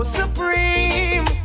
supreme